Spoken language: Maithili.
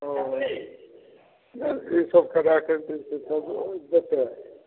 ओ ईसब कराय कऽ तब देतै